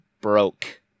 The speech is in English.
broke